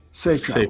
Safe